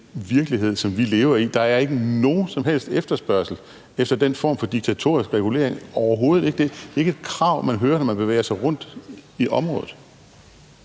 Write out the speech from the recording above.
virkelighed, som vi lever i, nogen som helst efterspørgsel efter den form for diktatorisk regulering – overhovedet ikke. Det er ikke et krav, man hører, når man bevæger sig rundt i området.